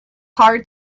hard